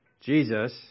Jesus